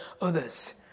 others